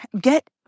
Get